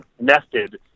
nested